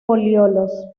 folíolos